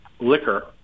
liquor